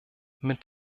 mit